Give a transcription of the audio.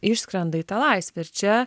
išskrenda į tą laisvę ir čia